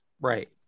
Right